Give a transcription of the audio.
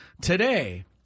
today